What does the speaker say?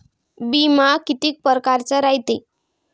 बिमा कितीक परकारचा रायते?